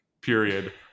period